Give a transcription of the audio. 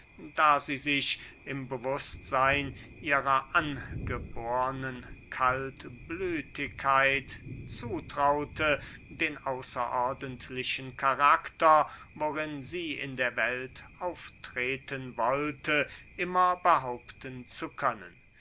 da sie sich im bewußtseyn ihrer angebornen kaltblütigkeit zutraute den außerordentlichen karakter worin sie in der welt auftreten wollte immer behaupten zu können